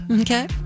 Okay